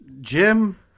Jim